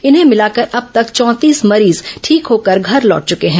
इन्हें मिलाकर अब तक चौंतीस मरीज ठीक होकर घर लौट चुके हैं